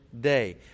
day